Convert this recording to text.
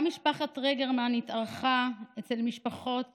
גם משפחת טרגרמן התארחה אצל משפחות